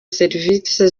serivisi